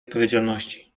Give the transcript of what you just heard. odpowiedzialności